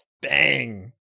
Bang